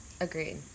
agreed